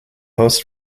host